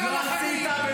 מה עשית?